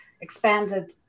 expanded